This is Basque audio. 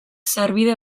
sarbide